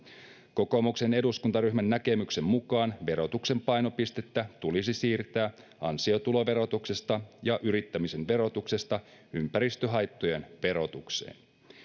kokoomuksen eduskuntaryhmän näkemyksen mukaan verotuksen painopistettä tulisi siirtää ansiotuloverotuksesta ja yrittämisen verotuksesta ympäristöhaittojen verotukseen